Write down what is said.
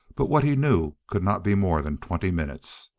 but what he knew could not be more than twenty minutes.